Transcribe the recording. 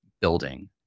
building